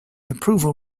approval